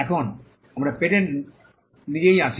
এখন আমরা পেটেন্ট নিজেই আসি